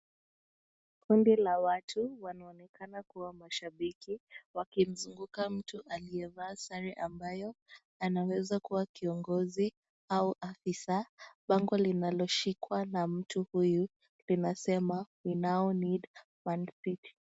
Kundi la watu, wanaonekana kuwa mashabiki wakimzunguka mtu aliyevaa sare ambayo anaweza kuwa kiongozi au afisa, bango linaloshikwa na mtu huyu linasema we now need ManCity .